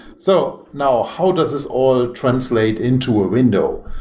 so now, how does this all translate into a window?